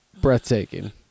breathtaking